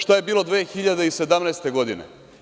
Šta je bilo 2017. godine?